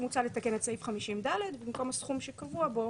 מוצע לתקן את סעיף 50ד כך שבמקום "סכום שקבוע בו"